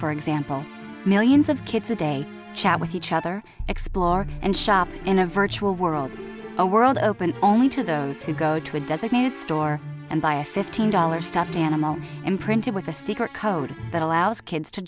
for example millions of kids a day chat with each other explore and shop in a virtual world a world open only to those who go to a designated store and buy a fifteen dollars stuffed animal imprinted with a secret code that allows kids to